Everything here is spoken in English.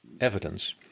evidence